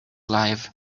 life